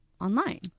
online